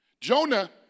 Jonah